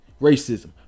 racism